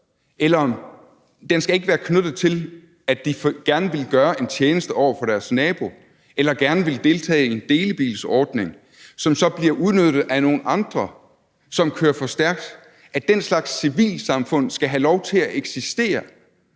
det? Den skal ikke være knyttet til, at de gerne ville gøre en tjeneste over for deres nabo eller gerne ville deltage i en delebilsordning, som så bliver udnyttet af nogle andre, som kører for stærkt. Den slags civilsamfund skal have lov til at eksistere,